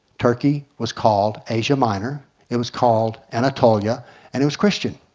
turkey was called asia minor it was called anatolia and it was christian,